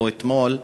או אתמול,